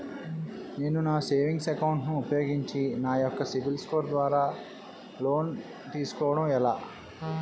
నేను నా savings account ను ఉపయోగించి నా యెక్క సిబిల్ స్కోర్ ద్వారా లోన్తీ సుకోవడం ఎలా?